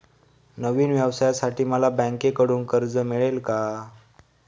नवीन व्यवसायासाठी मला बँकेकडून कर्ज मिळेल का?